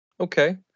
Okay